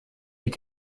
mit